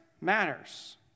matters